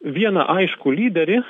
viena aiškų lyderį